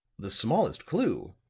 the smallest clue,